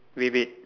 with it